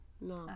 No